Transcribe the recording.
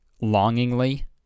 Longingly